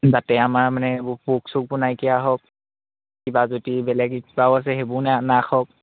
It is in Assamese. যাতে আমাৰ মানে পোক চোক বোৰ নাইকিয়া হওক কিবা যদি আছে সেইবোৰ নাশ হওক